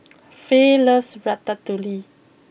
Fay loves Ratatouille